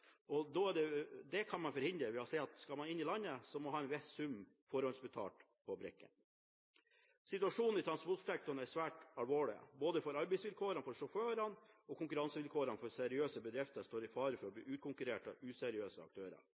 Det kan man forhindre ved å si at hvis en skal inn i landet, må en ha en viss sum forhåndsbetalt på brikkene. Situasjonen i transportsektoren er svært alvorlig både for arbeidsvilkårene for sjåførene og for konkurransevilkårene for seriøse bedrifter, som står i fare for å bli utkonkurrert av useriøse aktører.